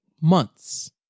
months